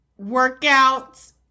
workouts